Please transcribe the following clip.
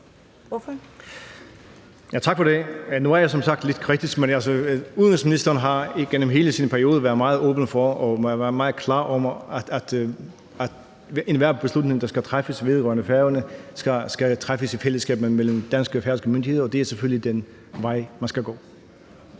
(JF): Tak for det. Nu er jeg som sagt lidt kritisk, men udenrigsministeren har igennem hele sin periode være meget åben over for og klar, med hensyn til at enhver beslutning, der skal træffes vedrørende Færøerne, skal træffes i fællesskab mellem danske og færøske myndigheder, og det er selvfølgelig den vej, man skal gå.